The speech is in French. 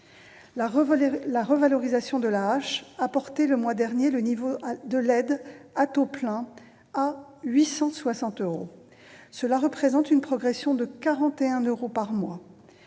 La revalorisation de l'AAH a porté, le mois dernier, le niveau de l'aide à taux plein à 860 euros, ce qui représente une progression de 41 euros par mois.